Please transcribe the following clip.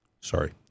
sorry